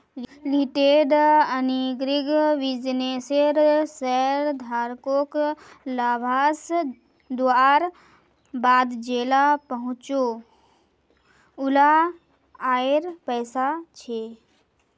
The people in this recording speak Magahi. रिटेंड अर्निंग बिज्नेसेर शेयरधारकोक लाभांस दुआर बाद जेला बचोहो उला आएर पैसा छे